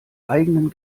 eigenen